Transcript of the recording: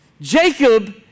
Jacob